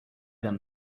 them